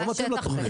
לא מתאים לתוכנית.